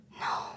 No